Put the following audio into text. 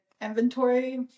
inventory